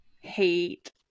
hate